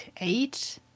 Eight